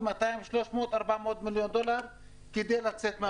200 או 300 או 400 מיליון דולר כדי לצאת מהמשבר?